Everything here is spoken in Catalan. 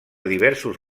diversos